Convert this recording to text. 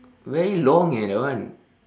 very long eh that one